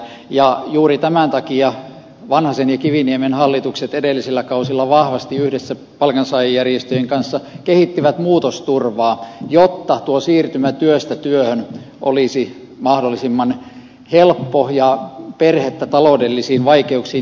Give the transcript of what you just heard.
ja juuri tämän takia vanhasen ja kiviniemen hallitukset edellisillä kausilla vahvasti yhdessä palkansaajajärjestöjen kanssa kehittivät muutosturvaa jotta tuo siirtymä työstä työhön olisi mahdollisimman helppo ja perhettä taloudellisiin vaikeuksiin johtamaton